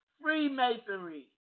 Freemasonry